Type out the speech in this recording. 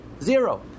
Zero